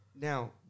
Now